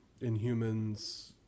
Inhumans